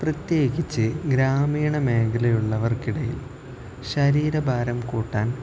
പ്രത്യേകിച്ച് ഗ്രാമീണ മേഖലയിലുള്ളവർക്കിടയിൽ ശരീരഭാരം കൂട്ടാൻ